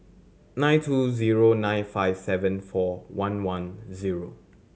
nine two zero nine five seven four one one zero